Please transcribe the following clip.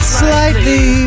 slightly